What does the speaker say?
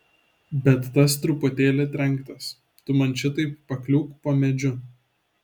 bet tas truputėlį trenktas tu man šitaip pakliūk po medžiu